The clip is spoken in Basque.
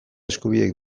eskubideak